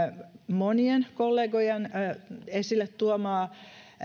monien kollegojen esille tuomaa